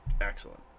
excellent